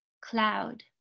cloud